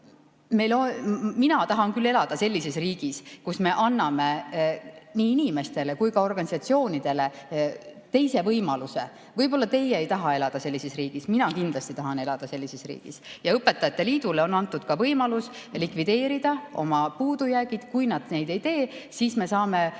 mina tahan küll elada sellises riigis, kus me anname nii inimestele kui ka organisatsioonidele teise võimaluse. Võib-olla teie ei taha elada sellises riigis, mina kindlasti tahan elada sellises riigis. Õpetajate liidule on antud ka võimalus likvideerida oma puudujäägid. Kui nad seda ei tee, siis me saame